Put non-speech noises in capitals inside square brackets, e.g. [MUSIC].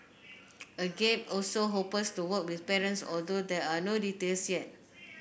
agape also [UNINTELLIGIBLE] to work with parents although there are no details yet